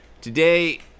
Today